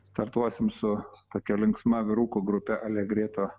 startuosim su tokia linksma vyrukų grupe alegrėto